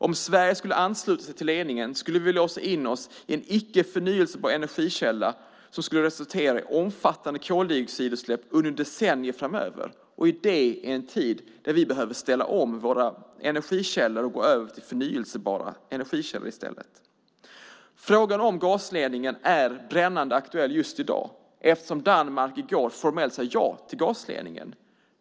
Om Sverige skulle ansluta sig till gasledningen skulle vi därmed också låsa in oss i en icke förnybar energikälla, något som skulle resultera i omfattande koldioxidutsläpp under decennier framöver - detta i en tid då vi behöver ställa om och gå över till förnybara energikällor. Frågan om gasledningen är brännande aktuell just i dag eftersom Danmark i går formellt sade ja till gasledningen.